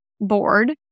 board